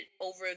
over